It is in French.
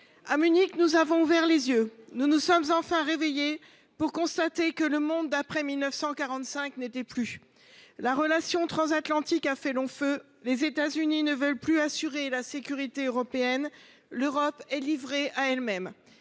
À Munich, nous avons ouvert les yeux. Nous nous sommes enfin réveillés pour constater que le monde d’après 1945 n’était plus. La relation transatlantique a fait long feu. Les États Unis ne veulent plus assurer la sécurité européenne. Notre continent est livré à lui même.